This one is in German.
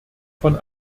von